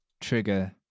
trigger